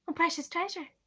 precious treasure.